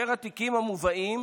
התיקים המובאים